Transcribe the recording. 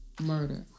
murder